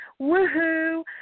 woohoo